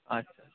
আচ্ছা